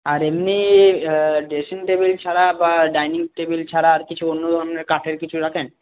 আর এমনই dressing table ছাড়া বা ডাইনিং টেবিল ছাড়া আর কিছু অন্য ধরনের কাঠের কিছু রাখেন